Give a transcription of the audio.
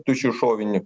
tuščią šovinį